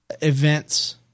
events